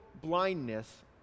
blindness